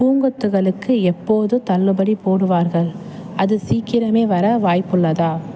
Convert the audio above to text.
பூங்கொத்துகளுக்கு எப்போது தள்ளுபடி போடுவார்கள் அது சீக்கிரமே வர வாய்ப்புள்ளதா